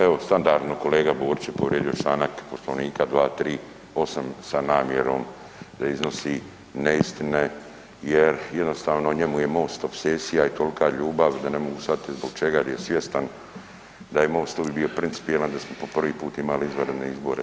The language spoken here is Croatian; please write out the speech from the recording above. Evo standardno, kolega Borić je povrijedio čl. 238. sa namjerom da iznosi neistine jer jednostavno njemu je Most opsesija i tolika ljubav da ne mogu shvatiti zbog čega jer je svjestan da je Most uvijek bio principijelan, da smo po prvi put imali izvanredne izbore.